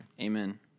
Amen